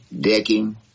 Decking